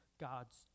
God's